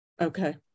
okay